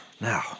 Now